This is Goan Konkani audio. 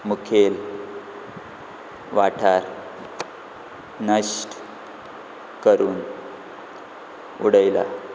मुखेल वाठार नश्ट करून उडयला